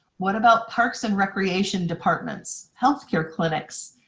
what about parks and recreation departments, healthcare clinics,